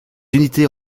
unités